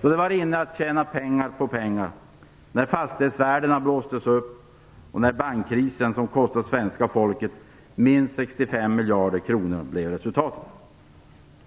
Då var det inne att tjäna pengar på pengar, fastighetsvärdena blåstes upp och resultatet blev bankkrisen som kom att kosta det svenska folket minst 65 miljarder kronor.